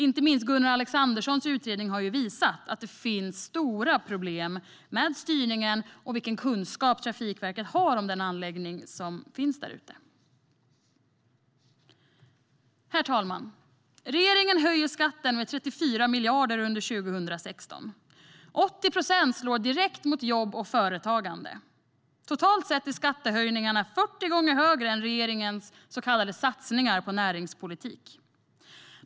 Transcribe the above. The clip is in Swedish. Inte minst Gunnar Alexanderssons utredning har visat att det finns stora problem med styrningen och vilken kunskap Trafikverket har om den anläggning som finns. Herr talman! Regeringen höjer skatten med 34 miljarder under 2016. 80 procent slår direkt mot jobb och företagande. Totalt sett är skattehöjningarna 40 gånger högre än regeringens så kallade satsningar på näringspolitik.